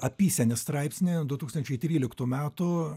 apysenį straipsnį du tūkstančiai tryliktų metų